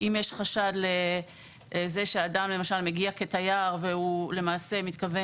כשיש חשד לזה שאדם מגיע כתייר והוא למעשה מתכוון